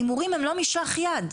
הימורים הם לא משלח יד.